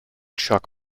chuck